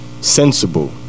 sensible